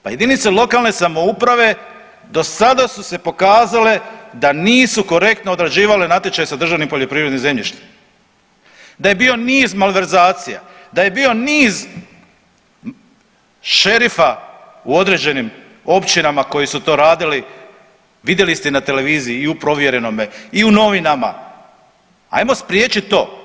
Pa jedinice lokalne samouprave dosada su se pokazale da nisu korektno odrađivale natječaje sa državnim poljoprivrednim zemljištem, da je bio niz malverzacija, da je bio niz šerifa u određenim općinama koji su to radili, vidjeli ste i na televiziji i u Provjerenome i u novinama, ajmo spriječit to.